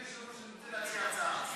אני רוצה להציע הצעה.